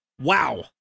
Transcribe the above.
Wow